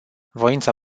voința